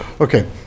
Okay